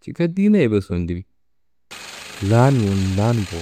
Cika diyinaye bes fandimi. Lan wunu lan bo.